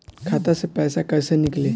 खाता से पैसा कैसे नीकली?